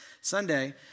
Sunday